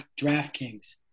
DraftKings